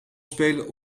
spelen